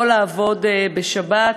לא לעבוד בשבת,